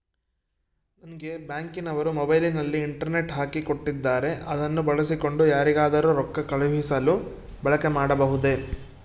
ನಂಗೆ ಬ್ಯಾಂಕಿನವರು ಮೊಬೈಲಿನಲ್ಲಿ ಇಂಟರ್ನೆಟ್ ಹಾಕಿ ಕೊಟ್ಟಿದ್ದಾರೆ ಅದನ್ನು ಬಳಸಿಕೊಂಡು ಯಾರಿಗಾದರೂ ರೊಕ್ಕ ಕಳುಹಿಸಲು ಬಳಕೆ ಮಾಡಬಹುದೇ?